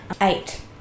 eight